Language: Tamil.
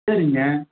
சரிங்க